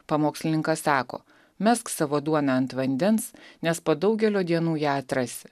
pamokslininkas sako mesk savo duoną ant vandens nes po daugelio dienų ją atrasi